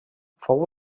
fou